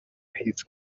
his